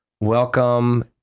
Welcome